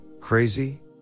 crazy